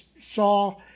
saw